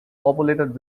populated